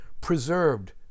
preserved